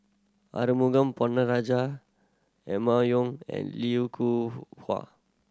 Arumugam Ponnu Rajah Emma Yong and Lim Hua